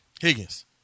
Higgins